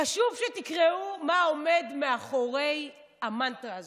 חשוב שתקראו מה עומד מאחורי המנטרה הזאת.